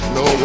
no